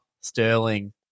Sterling